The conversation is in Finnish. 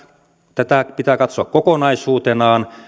tätä pitää katsoa kokonaisuutena